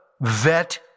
vet